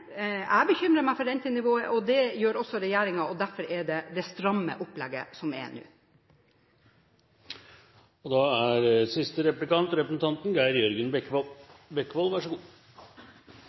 jeg bekymrer meg for rentenivået, og det gjør også regjeringen. Derfor er det nå det stramme opplegget. Jeg synes for så vidt det er bra at Ingalill Olsen er